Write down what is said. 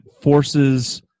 forces